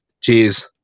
cheers